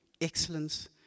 excellence